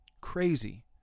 crazy